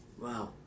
Wow